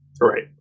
Right